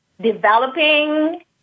developing